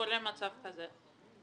קורה מצב כזה: